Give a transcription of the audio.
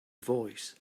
voice